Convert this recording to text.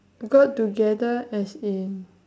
got together as in